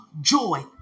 joy